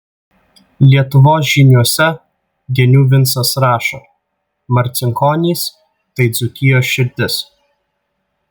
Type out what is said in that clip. lietuvos žyniuose genių vincas rašo marcinkonys tai dzūkijos širdis